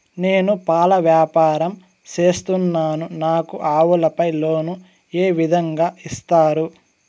నేను పాల వ్యాపారం సేస్తున్నాను, నాకు ఆవులపై లోను ఏ విధంగా ఇస్తారు